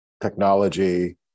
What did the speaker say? technology